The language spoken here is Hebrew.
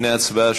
לפני ההצבעה.